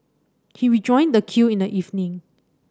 he rejoined the queue in the evening